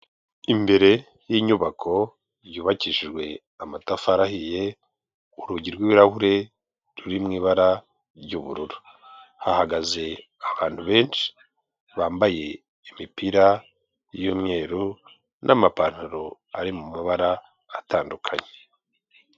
Imbere y'inyubako yubakishijwe amatafari ahiye, urugi rw'ibirahure ruri mu ibara ry'ubururu, hahagaze abantu benshi, bambaye imipira y'umweru n'amapantaro ari mu mabara atandukanye.